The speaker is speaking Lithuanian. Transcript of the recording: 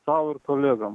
sau ir kolegom